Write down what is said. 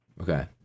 Okay